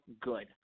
good